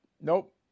Nope